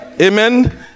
Amen